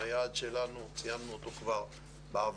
היעד שלנו, כבר ציינו אותו בעבר,